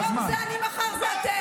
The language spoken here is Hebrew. היום זה אני, מחר זה אתם.